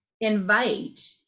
invite